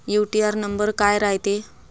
UTR number काय रायते?